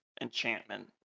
enchantment